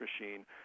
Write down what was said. machine